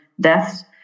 deaths